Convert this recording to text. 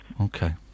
Okay